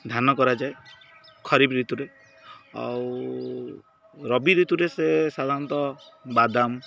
ଧାନ କରାଯାଏ ଖରିଫ ଋତୁରେ ଆଉ ରବି ଋତୁରେ ସେ ସାଧାରଣତଃ ବାଦାମ